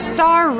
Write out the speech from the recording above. Star